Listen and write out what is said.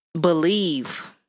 believe